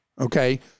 okay